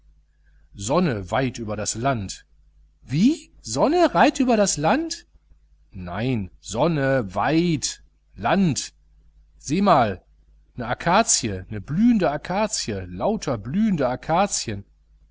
sonne weit über das land wie sonne reit über das land nein sonne weeiit land seh mal ne akazie ne blühende akazie lauter blühende